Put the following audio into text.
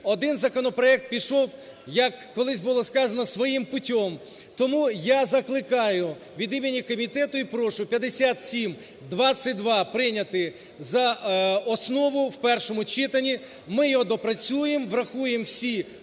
Один законопроект пішов, як колись було сказано, своим путем. Тому я закликаю від імені комітету і прошу 7522 прийняти за основу в першому читанні. Ми його допрацюємо, врахуємо всі